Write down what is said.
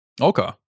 Okay